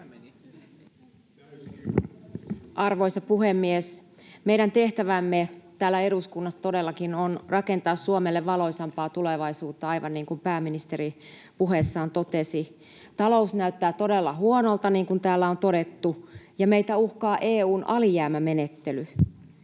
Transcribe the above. Arvoisa puhemies! Meidän tehtävämme täällä eduskunnassa todellakin on rakentaa Suomelle valoisampaa tulevaisuutta, aivan niin kuin pääministeri puheessaan totesi. Talous näyttää todella huonolta, niin kuin täällä on todettu, ja meitä uhkaa EU:n alijäämämenettely.